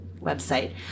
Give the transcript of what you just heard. website